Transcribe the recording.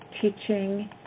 teaching